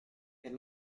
per